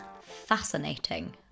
fascinating